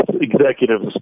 executives